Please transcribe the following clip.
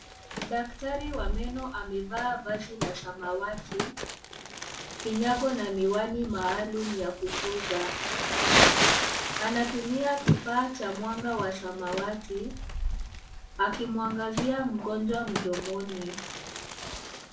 Dactari wa meno amevaa vazi la samati, kinyago na miwani maalum ya kukuza. Anatunia kifaa cha mwanga wa samawati, akimwangazia mgonjwa mdomoni.